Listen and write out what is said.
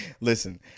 Listen